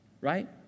right